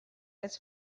its